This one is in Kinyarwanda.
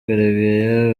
karegeya